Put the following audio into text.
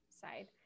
side